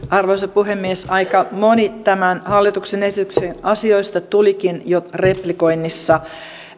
arvoisa puhemies aika moni tämän hallituksen esityksen asioista tulikin jo replikoinnissa